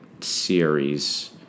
series